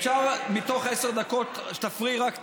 אפשר מתוך עשר דקות שתפריעי רק תשע?